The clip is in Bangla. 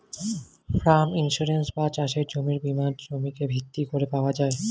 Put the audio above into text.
ফার্ম ইন্সুরেন্স বা চাষের জমির বীমা জমিকে ভিত্তি করে পাওয়া যায়